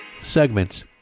segments